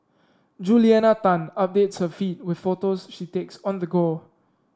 Juliana Tan updates her feed with photos she takes on the go